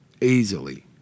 easily